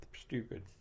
Stupid